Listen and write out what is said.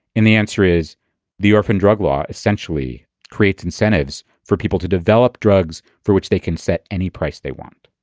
and the answer is the orphan drug law essentially creates incentives for people to develop drugs for which they can set any price they want.